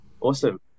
Awesome